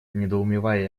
недоумевая